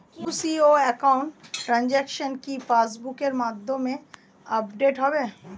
UCO account transaction কি পাস বুকের মধ্যে আপডেট হবে?